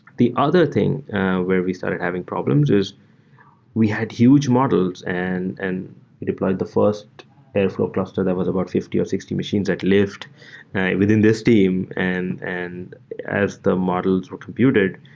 the other thing where we started having problems is we had huge models and and deployed the first airflow cluster that was about fifty or sixty machines at lyft within this team and and as the models were computed,